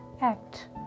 act